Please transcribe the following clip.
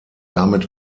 damit